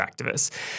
activists